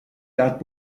dat